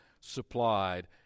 supplied